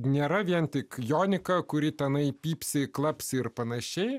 nėra vien tik jonika kuri tenai pypsi klapsi ir panašiai